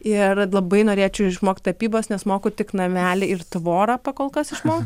ir labai norėčiau išmokt tapybos nes moku tik namelį ir tvorą pakolkas išmo